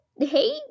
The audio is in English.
Hey